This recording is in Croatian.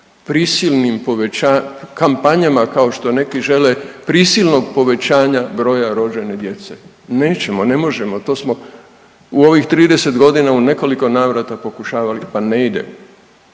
prisilnim poveća, kampanjama kao što neki žele, prisilnog povećanja broja rođene djece. Nećemo, ne možemo, to smo u ovih 30 godina u nekoliko navrata pokušavali pa ne ide.